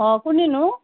অঁ কোনে নো